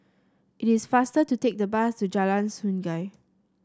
it is faster to take the bus to Jalan Sungei